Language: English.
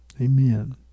Amen